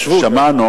שמענו